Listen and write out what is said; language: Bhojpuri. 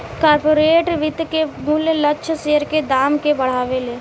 कॉर्पोरेट वित्त के मूल्य लक्ष्य शेयर के दाम के बढ़ावेले